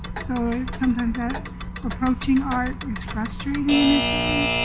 so sometimes ah approaching art is frustrating initially